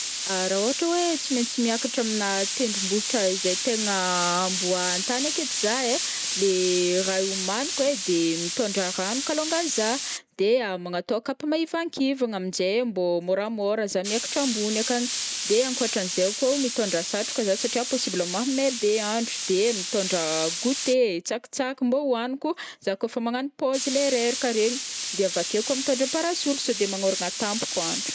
Ah raha ohatra hoe tsy maintsy miakatra amina tendrombohitra izay tegna ambo an-tany aketo zah ai, le raha homaniko ai de mitondra rano kalongany zah, de magnatao kapa mahivankivagna amjay mbô moramora zah miakatra ambony akagny, de ankoatran'izay koa o mitondra satroka zah satria possible mahamay be andro, de mitondra goûté, tsakitsaky mbô ihoaniko zah kaof magnano pause leha reraka regny, de avakeo koa mitondra amparasoly saode magnoragna tampoka andro.